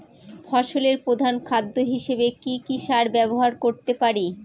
ফসলের প্রধান খাদ্য হিসেবে কি কি সার ব্যবহার করতে পারি?